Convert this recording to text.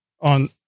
on